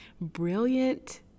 brilliant